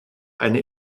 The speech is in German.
eine